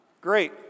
Great